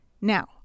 now